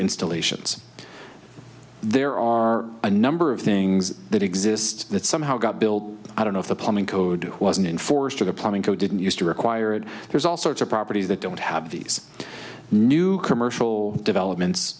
installations there are a number of things that exist that somehow got built i don't know if the plumbing code wasn't enforced or the plumbing code didn't used to require it there's all sorts of properties that don't have these new commercial developments